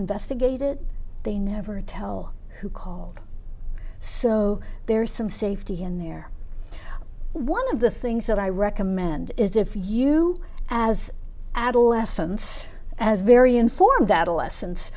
investigate it they never tell who called so there's some safety in there one of the things that i recommend is if you as adolescents as very informed